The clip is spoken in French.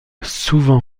souvent